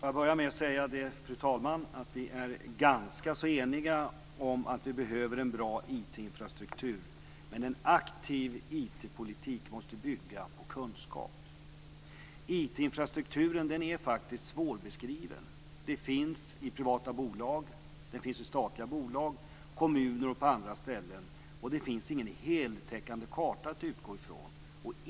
Fru talman! Låt mig börja med att säga att vi är ganska eniga om att vi behöver en bra IT infrastruktur. Men en aktiv IT-politik måste bygga på kunskap. IT-infrastrukturen är svårbeskriven. Den finns i privata bolag, i statliga bolag, i kommuner och på andra ställen, och det finns ingen heltäckande karta att utgå ifrån.